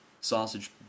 sausage